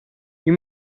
you